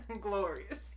glorious